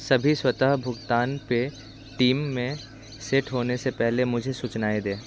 सभी स्वतः भुगतान पेटीएम में सेट होने से पहले मुझे सूचनाएँ दें